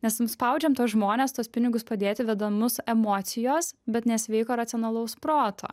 nes nu spaudžiam tuos žmones tuos pinigus padėti vedamus emocijos bet ne sveiko racionalaus proto